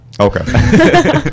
Okay